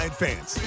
fans